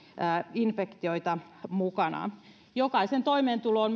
infektioita mukanaan myöskin jokaisen toimeentulo on